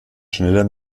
schneller